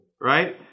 right